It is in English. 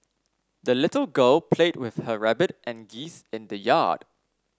the little girl played with her rabbit and geese in the yard